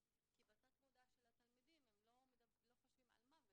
כי בתת מודע של התלמידים הם לא חושבים על מוות,